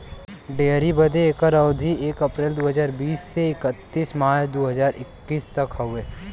dairy बदे एकर अवधी एक अप्रैल दू हज़ार बीस से इकतीस मार्च दू हज़ार इक्कीस तक क हौ